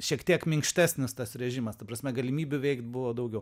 šiek tiek minkštesnis tas režimas ta prasme galimybių veikt buvo daugiau